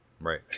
right